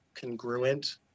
congruent